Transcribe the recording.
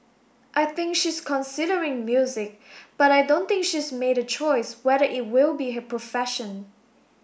I think she's considering music but I don't think she's made a choice whether it will be her profession